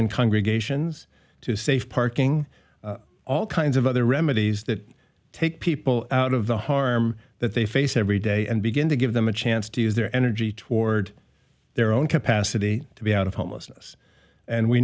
in congregations to safe parking all kinds of other remedies that take people out of the harm that they face every day and begin to give them a chance to use their energy toward their own capacity to be out of homelessness and we